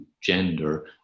gender